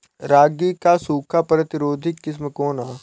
रागी क सूखा प्रतिरोधी किस्म कौन ह?